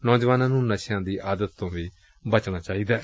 ਨੌਜਵਾਨਾਂ ਨੁੰ ਨਸ਼ਿਆਂ ਦੀ ਆਦਤ ਤੋ ਵੀ ਬਚਣਾ ਚਾਹੀਦੈ